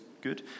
good